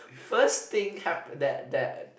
first thing have that that